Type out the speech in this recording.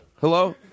Hello